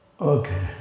Okay